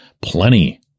plenty